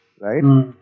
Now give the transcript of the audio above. right